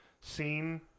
scene